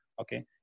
Okay